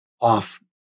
off